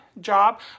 job